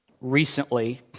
recently